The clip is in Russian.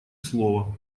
слова